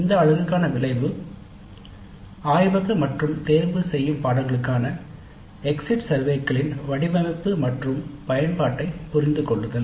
இந்த அலகுக்கான விளைவு ஆய்வக மற்றும் தேர்ந்தெடுக்கப்பட்ட பாடநெறிகள் ஆகியவற்றுக்கான எக்ஸிட் சர்வேகளின் வடிவமைப்பு மற்றும் பயன்பாட்டை புரிந்து கொள்ளுதல்